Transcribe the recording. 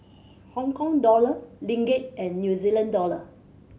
Hong Kong Dollar Ringgit and New Zealand Dollar